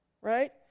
Right